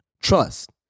Trust